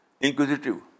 inquisitive